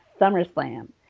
SummerSlam